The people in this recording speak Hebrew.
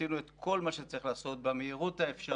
עשינו את כל מה שצריך לעשות במהירות האפשרית,